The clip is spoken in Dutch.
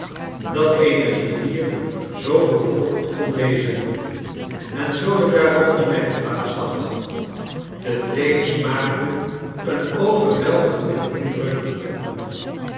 dat eene rivier zoo bevolkt kon wezen en zoo de garonne mij verbaasd had de theems maakte een overweldigenden indruk op me